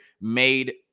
made